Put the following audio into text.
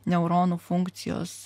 neuronų funkcijos